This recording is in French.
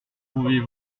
pouvez